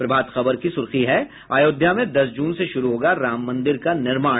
प्रभात खबर की सुर्खी है अयोध्या में दस जून से शुरू होगा राम मंदिर का निर्माण